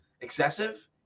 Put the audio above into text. excessive